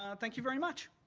um thank you very much.